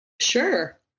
Sure